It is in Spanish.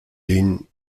lynn